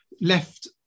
left